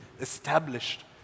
established